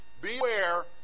Beware